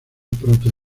proto